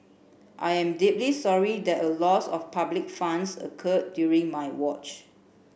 I am deeply sorry that a loss of public funds occurred during my watch